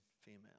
female